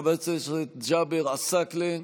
חבר הכנסת ג'אבר עסאקלה,